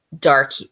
dark